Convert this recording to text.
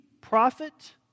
prophet